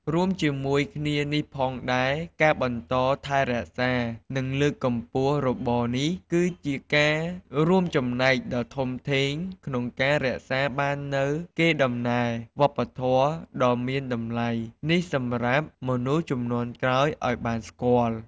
រួមជាមួយគ្នានេះផងដែរ ការបន្តថែរក្សា និងលើកកម្ពស់របរនេះ គឺជាការរួមចំណែកដ៏ធំធេងក្នុងការរក្សាបាននូវកេរដំណែលវប្បធម៌ដ៏មានតម្លៃនេះសម្រាប់មនុស្សជំនាន់ក្រោយឲ្យបានស្គាល់។